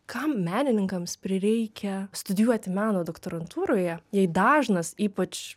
kam menininkams prireikia studijuoti meno doktorantūroje jai dažnas ypač